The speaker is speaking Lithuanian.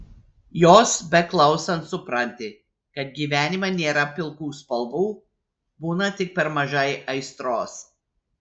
jos beklausant supranti kad gyvenime nėra pilkų spalvų būna tik per mažai aistros